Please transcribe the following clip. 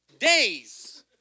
days